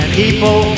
people